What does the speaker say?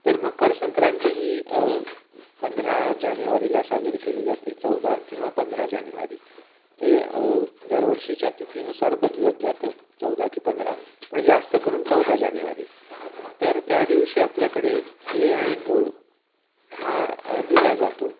तर मकरसंक्रांती ही पंधरा जानेवारीला साजरी केली जाते चौदा किंवा पंधरा जानेवारी ते दरवर्षीच्या तिथीनुसार बदलत जातं चौदा की पंधरा पण जास्त करून चौदा जानेवारी तर त्या दिवशी आपल्याकडे तीळ आणि गूळ हा दिला जातो